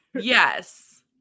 Yes